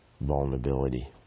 vulnerability